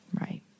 Right